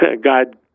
God